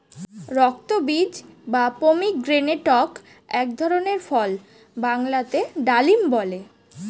রক্তবীজ বা পমিগ্রেনেটক এক ধরনের ফল বাংলাতে ডালিম বলে